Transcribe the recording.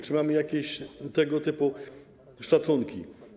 Czy mamy jakieś tego typu szacunki?